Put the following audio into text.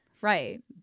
Right